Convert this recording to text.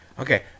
Okay